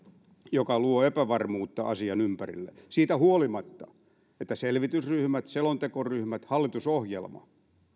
joka luo epävarmuutta asian ympärille siitä huolimatta että selvitysryhmät selontekoryhmät ja hallitusohjelma